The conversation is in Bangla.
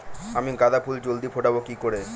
আমি গাঁদা ফুল জলদি ফোটাবো কি করে?